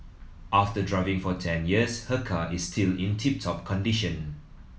after driving for ten years her car is still in tip top condition